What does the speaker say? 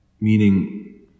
Meaning